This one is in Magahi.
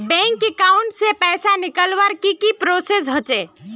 बैंक अकाउंट से पैसा निकालवर की की प्रोसेस होचे?